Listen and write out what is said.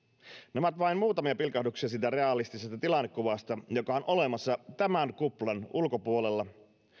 nämä ovat vain muutamia pilkahduksia siitä realistisesta tilannekuvasta joka on olemassa tämän kuplan ulkopuolella